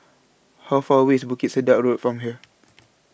How Far away IS Bukit Sedap Road from here